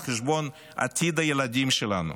על חשבון עתיד הילדים שלנו.